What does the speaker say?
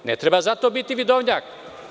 Ne treba za to biti vidovnjak.